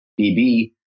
BB